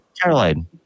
Caroline